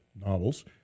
novels